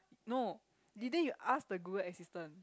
no didn't you ask the Google Assistant